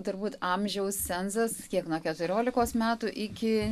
turbūt amžiaus cenzas kiek nuo keturiolikos metų iki